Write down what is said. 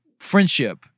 Friendship